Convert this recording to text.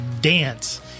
dance